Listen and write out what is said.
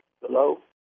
Hello